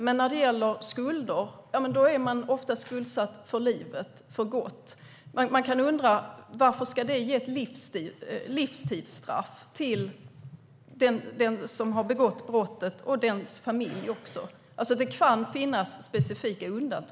Men när det gäller skulder är man ofta skuldsatt för livet, för gott. Man kan undra: Varför ska det ge ett livstidsstraff för den som har begått brottet och dennes familj? Det kan alltså finnas specifika undantag.